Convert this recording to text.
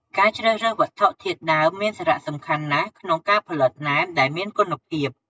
ការជ្រើសរើសវត្ថុធាតុដើមមានសារៈសំខាន់ណាស់ក្នុងការផលិតណែមដែលមានគុណភាព។